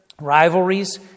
rivalries